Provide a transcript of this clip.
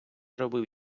робив